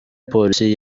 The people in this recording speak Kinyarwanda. polisi